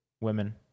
women